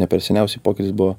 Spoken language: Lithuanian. ne per seniausiai pokytis buvo